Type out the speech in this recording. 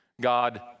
God